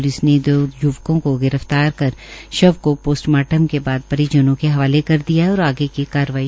police ने दो य्वकों को गिरफ्तार कर शव को पोस्टमार्टम के बाद परिजनों के हवाले कर दिया है और आगे की कारवाई श्रू कर दी है